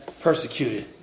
persecuted